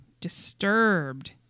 Disturbed